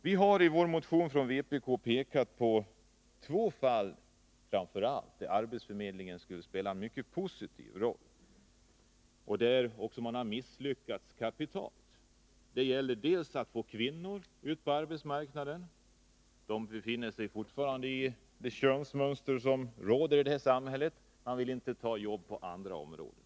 Vi har i vpk-motionen pekat på framför allt två fall där arbetsförmedlingen skulle spela en mycket positiv roll men där man har misslyckats kapitalt. Det ena fallet gäller strävan att få ut kvinnorna på arbetsmarknaden. De präglas fortfarande av könsmönstret i detta samhälle och vill inte ta jobb på nya områden.